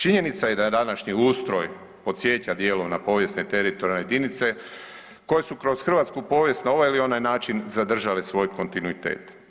Činjenica je da današnji ustroj podsjeća dijelom na povijesne teritorijalne jedinice koje su kroz hrvatsku povijest na ovaj ili onaj način zadržale svoj kontinuitet.